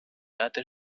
other